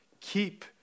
Keep